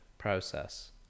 process